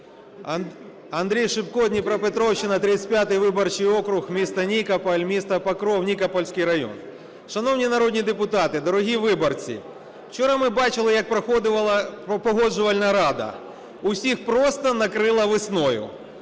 Андрій Шипко, Дніпропетровщина, 35-й виборчий округ, місто Нікополь і місто Покров, Нікопольський район. Шановні народні депутати, дорогі виборці! Вчора ми бачили, як проходила Погоджувальна рада, усіх просто накрило "весною".